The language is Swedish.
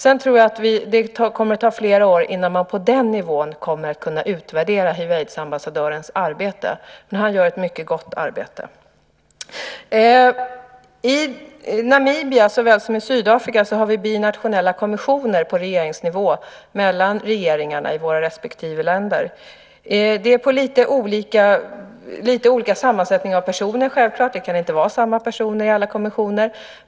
Det kommer att ta flera år innan man på den nivån kommer att kunna utvärdera hiv/aids-ambassadörens arbete. Men han gör ett mycket gott arbete. I Namibia såväl som i Sydafrika har vi binationella kommissioner på regeringsnivå mellan regeringarna i våra respektive länder. Det är självklart lite olika sammansättningar av personer. Det kan inte vara samma personer i alla kommissioner.